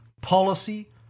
policy